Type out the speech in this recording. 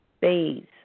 phase